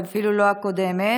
ואפילו לא הקודמת,